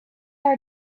are